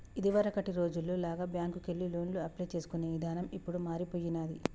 ఇదివరకటి రోజుల్లో లాగా బ్యేంకుకెళ్లి లోనుకి అప్లై చేసుకునే ఇదానం ఇప్పుడు మారిపొయ్యినాది